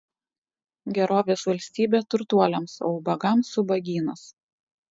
gerovės valstybė turtuoliams o ubagams ubagynas